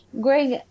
Greg